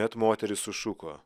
bet moteris sušuko